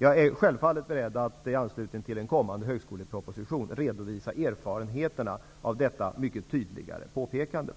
Jag är självfallet beredd att i anslutning till en kommande högskoleproposition redovisa erfarenheterna av detta mycket tydliga påpekande.